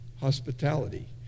hospitality